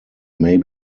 may